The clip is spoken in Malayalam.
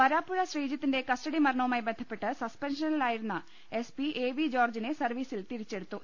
വരാപ്പുഴ ശ്രീജിത്തിന്റെ കസ്റ്റഡി മരണവുമായി ബന്ധപ്പെട്ട് സസ്പെൻഷനിലായിരുന്ന എസ് പി എ വി ജോർജിനെ സർവീ സിൽ തിരിച്ചെടുത്തു